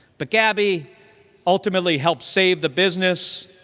but gabby ultimately helped save the business,